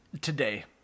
Today